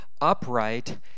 upright